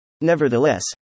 Nevertheless